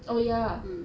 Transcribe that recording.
mm